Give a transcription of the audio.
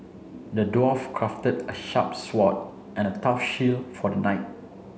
the dwarf crafted a sharp sword and a tough shield for the knight